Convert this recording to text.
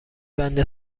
بند